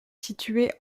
située